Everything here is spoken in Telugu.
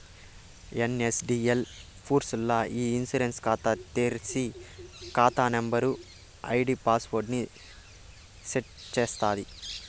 ఎన్.ఎస్.డి.ఎల్ పూర్స్ ల్ల ఇ ఇన్సూరెన్స్ కాతా తెర్సి, కాతా నంబరు, ఐడీ పాస్వర్డ్ ని సెట్ చేస్తాది